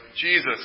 Jesus